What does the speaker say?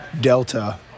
Delta